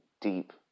deep